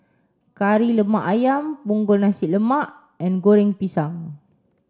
Kari Lemak Ayam Punggol Nasi Lemak and Goreng Pisang